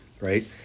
right